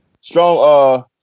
strong